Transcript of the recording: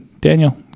Daniel